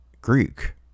Greek